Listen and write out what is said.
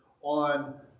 on